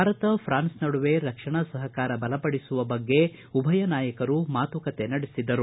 Bharat France ನಡುವೆ ರಕ್ಷಣಾ ಸಹಕಾರ ಬಲಪಡಿಸುವ ಬಗ್ಗೆ ಉಭಯ ನಾಯಕರೂ ಮಾತುಕತೆ ನಡೆಸಿದರು